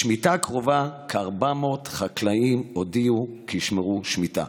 בשמיטה הקרובה כ-400 חקלאים הודיעו כי ישמרו שמיטה.